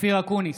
אופיר אקוניס,